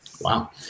Wow